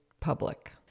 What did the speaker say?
public